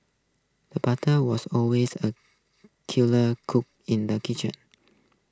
the butcher was always A skilled cook in the kitchen